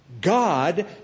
God